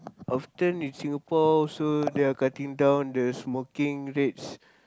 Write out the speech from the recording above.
often in Singapore also they are cutting down the smoking rates